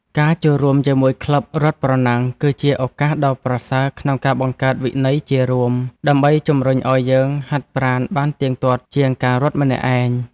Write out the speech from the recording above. ការចូលរួមជាមួយក្លឹបរត់ប្រណាំង គឺជាឱកាសដ៏ប្រសើរក្នុងការបង្កើតវិន័យជារួម ដើម្បីជម្រុញឱ្យយើងហាត់ប្រាណបានទៀងទាត់ជាងការរត់ម្នាក់ឯង។